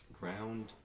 Ground